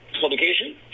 publication